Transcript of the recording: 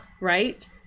right